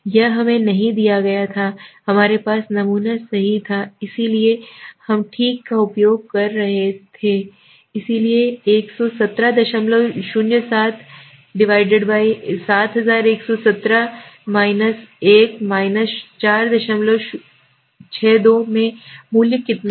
यह हमें नहीं दिया गया था हमारे पास नमूना सही था इसलिए हम इस ठीक का उपयोग कर रहे हैं इसलिए 11707 7117 1 462 में मूल्य कितना है